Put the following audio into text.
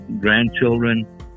grandchildren